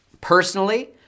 Personally